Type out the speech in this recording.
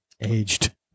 Aged